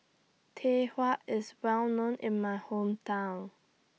Tau Huay IS Well known in My Hometown